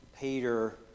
Peter